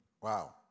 Wow